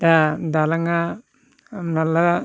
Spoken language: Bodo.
दा दालाङा माला